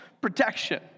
protection